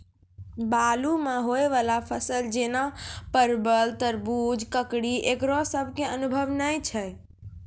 बालू मे होय वाला फसल जैना परबल, तरबूज, ककड़ी ईकरो सब के अनुभव नेय छै?